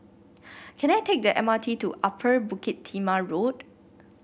can I take the M R T to Upper Bukit Timah Road